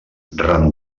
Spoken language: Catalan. ran